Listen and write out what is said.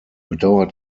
bedauert